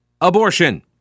abortion